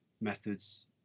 methods